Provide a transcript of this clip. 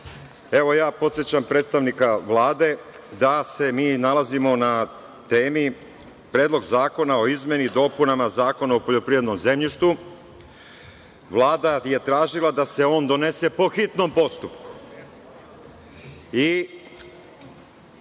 ovde. Ja podsećam predstavnika Vlade da se mi nalazimo na temi – Predlog zakona o izmenama i dopunama Zakona o poljoprivrednom zemljištu. Vlada je tražila da se on donese po hitnom postupku. Samo